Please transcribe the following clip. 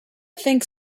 think